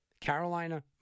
Carolina